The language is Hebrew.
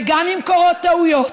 וגם אם קורות טעויות,